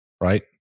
right